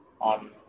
on